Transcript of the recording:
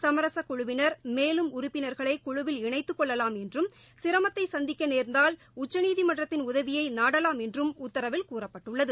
சமரசக் குழுவினர் மேலும் உறுப்பினர்களை குழுவில் இணைத்துக் கொள்ளலாம் என்றும் சிரமத்தை சந்திக்க நேர்ந்தால் உச்சநீதிமன்றத்தின் உதவியை நாடலாம் என்றும் உத்தரவில் கூறப்பட்டுள்ளது